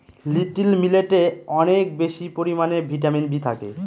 little মিলেটে অনেক বেশি পরিমানে ভিটামিন বি থাকে